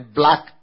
black